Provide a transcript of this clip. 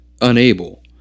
unable